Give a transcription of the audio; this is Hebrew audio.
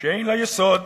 שאין לה יסוד,